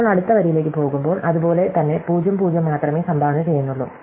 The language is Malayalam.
ഇപ്പോൾ അടുത്ത വരിയിലേക്ക് പോകുമ്പോൾ അതുപോലെ തന്നെ 0 0 മാത്രമേ സംഭാവന ചെയ്യുന്നുള്ളൂ